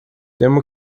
temo